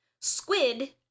Squid